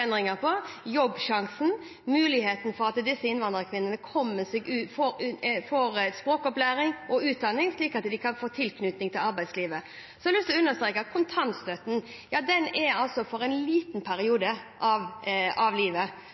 endringer på, Jobbsjansen, altså muligheten for at disse innvandrerkvinnene får språkopplæring og utdanning, slik at de kan få tilknytning til arbeidslivet. Så har jeg lyst til å understreke at kontantstøtten er for en liten periode av livet.